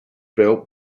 built